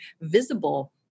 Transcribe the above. visible